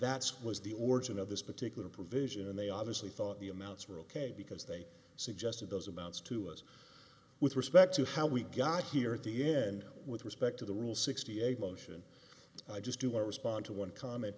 that's was the origin of this particular provision and they obviously thought the amounts were ok because they suggested those amounts to us with respect to how we got here at the end with respect to the rule sixty eight motion i just do i respond to one comment